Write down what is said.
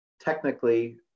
technically